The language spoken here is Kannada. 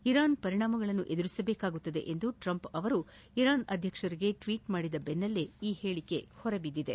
ಇರಾನ್ ಪರಿಣಾಮಗಳನ್ನು ಎದುರಿಸಬೇಕಾಗುತ್ತದೆ ಎಂದು ಟ್ರಂಪ್ ಅವರು ಇರಾನ್ ಅಧ್ಯಕ್ಷರಿಗೆ ಟ್ನೀಟ್ಮಾಡಿದ ಬೆನ್ನಲ್ಲೇ ಈ ಹೇಳಿಕೆ ಹೊರಬಿದ್ದಿದೆ